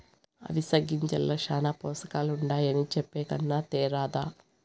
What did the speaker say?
అవిసె గింజల్ల శానా పోసకాలుండాయని చెప్పే కన్నా తేరాదా